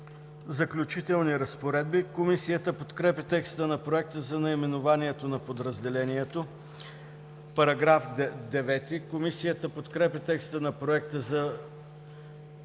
„Заключителни разпоредби“. Комисията подкрепя текста на проекта за наименованието на подразделението. Комисията подкрепя текста на Проекта за